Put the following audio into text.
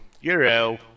Euro